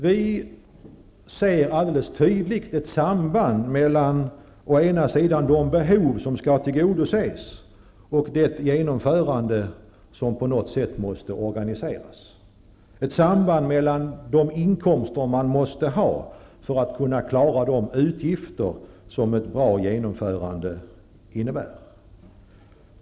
Vi ser ett alldeles tydligt samband mellan å ena sidan de behov som skall tillgodoses och å andra sidan det genomförande som på något sätt måste organiseras, ett samband mellan de inkomster som man måste ha för att kunna klara de utgifter som ett bra genomförande innebär.